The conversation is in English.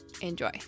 Enjoy